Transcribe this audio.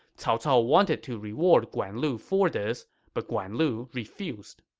cao cao wanted to reward guan lu for this, but guan lu refused